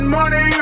money